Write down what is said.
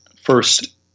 first